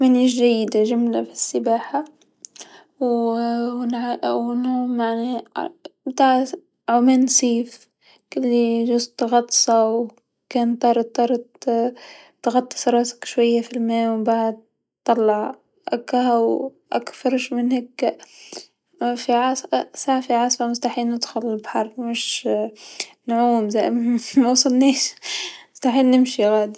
مانيش جيدا جمله في السباحه و و معناه نتع عوم سيف، تكلي برك غطسه و كان طرت طرت تغطس راسك شويا في الما و منبعد طلع، أكا هو هاك فرش من هيكا، في عصا سعا في عاصا مستحيل ندخل للبحر مش نعوم نوصلنيش تع نمشي غادي.